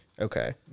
Okay